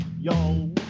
yo